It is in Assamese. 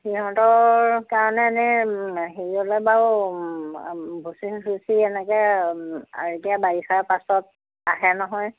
সিহঁতৰ কাৰণে এনেই হেৰিয়লে বাৰু ভুচি চুচি এনেকৈ আনোঁ কেতিয়া বাৰিষাৰ পাছত আহে নহয়